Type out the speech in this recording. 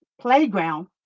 playground